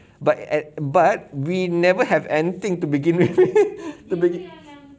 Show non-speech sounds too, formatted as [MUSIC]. but at but we never have anything to begin with [LAUGHS]